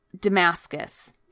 Damascus